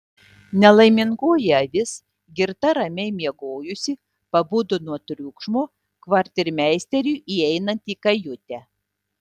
nelaimingoji avis girta ramiai miegojusi pabudo nuo triukšmo kvartirmeisteriui įeinant į kajutę